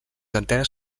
antenes